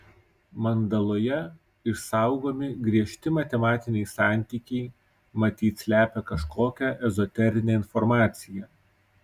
mandaloje išsaugomi griežti matematiniai santykiai matyt slepia kažkokią ezoterinę informaciją